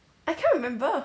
I can't remember